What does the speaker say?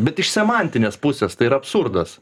bet iš semantinės pusės tai yra absurdas